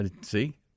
See